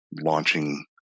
launching